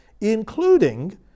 including